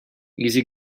easy